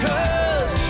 Cause